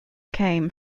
came